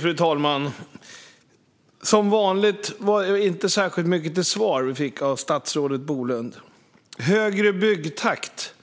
Fru talman! Som vanligt var det inte särskilt mycket svar vi fick av statsrådet Bolund. Den högre byggtakten